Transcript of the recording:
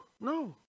No